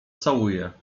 całuje